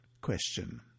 Question